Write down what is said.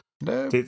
No